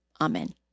Amen